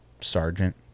Sergeant